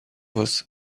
вас